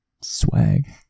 Swag